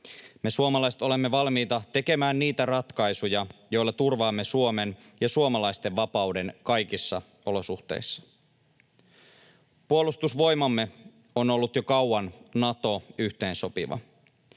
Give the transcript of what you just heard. Me suomalaiset olemme valmiita tekemään niitä ratkaisuja, joilla turvaamme Suomen ja suomalaisten vapauden kaikissa olosuhteissa. Puolustusvoimamme on ollut jo kauan Nato-yhteensopiva.